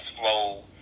flow